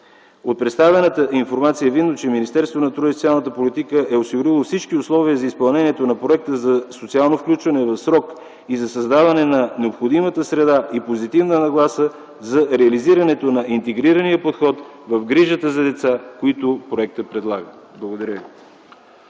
От представената информация е видно, че Министерството на труда и социалната политика е осигурило всички условия за изпълнението на Проекта за социално включване в срок и за създаване на необходимата среда и позитивна нагласа за реализирането на интегрирания подход в грижата за деца, които проектът предлага. Благодаря ви.